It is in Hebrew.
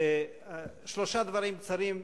שלושה דברים קצרים,